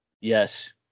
Yes